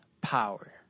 power